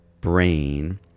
brain